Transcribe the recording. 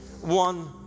one